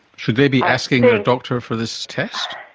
should they be asking their doctor for this test?